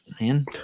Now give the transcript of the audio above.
man